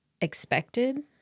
expected